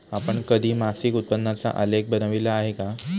आपण कधी मासिक उत्पन्नाचा आलेख बनविला आहे का?